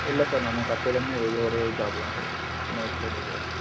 இல்லை சார் நம்ம ஃபர்ஸ்ட்டில் இருந்தே டெய்லி ஒரே ஜாபு தான் சார் சின்ன வயசிலேருந்தே இதே தான்